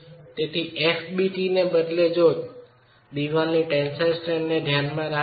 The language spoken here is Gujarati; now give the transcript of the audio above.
તેથી fbt ને બદલે જો ચણતરની ટેન્સાઇલ સ્ટ્રેન્થને ધ્યાન માં રાખીએ